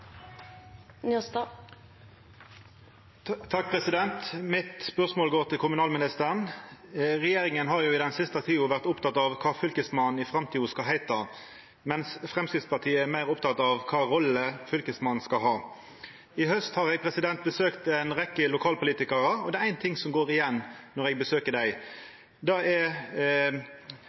mitt går til kommunalministeren. Regjeringa har den siste tida vore oppteken av kva Fylkesmannen i framtida skal heita, mens Framstegspartiet er meir oppteke av kva rolle Fylkesmannen skal ha. I haust har eg besøkt ei rekkje lokalpolitikarar, og det er éin ting som går igjen når eg besøkjer dei, og det er